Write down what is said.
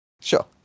Sure